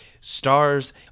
stars